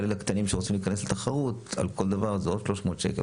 אבל אלה הקטנים שרוצים להיכנס לתחרות על כל דבר זה עוד 300 שקלים,